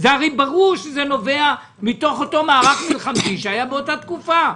הרי ברור שזה נובע מתוך אותו מערך מלחמתי שהיה באותה תקופה,